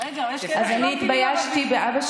רגע, יש כאלה שלא מבינים ערבית.